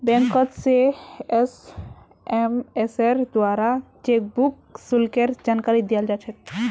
बैंकोत से एसएमएसेर द्वाराओ चेकबुक शुल्केर जानकारी दयाल जा छेक